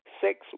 Six